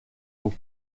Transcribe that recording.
eaux